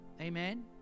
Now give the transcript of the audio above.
Amen